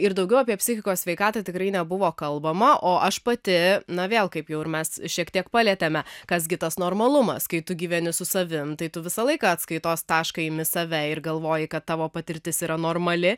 ir daugiau apie psichikos sveikatą tikrai nebuvo kalbama o aš pati na vėl kaip jau ir mes šiek tiek palietėme kas gi tas normalumas kai tu gyveni su savim tai tu visą laiką atskaitos tašką imi save ir galvoji kad tavo patirtis yra normali